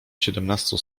siedemnastu